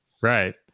right